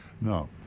No